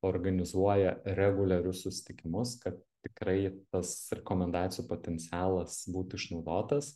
organizuoja reguliarius susitikimus kad tikrai tas rekomendacijų potencialas būtų išnaudotas